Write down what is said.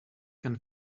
can